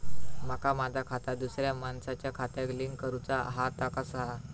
माका माझा खाता दुसऱ्या मानसाच्या खात्याक लिंक करूचा हा ता कसा?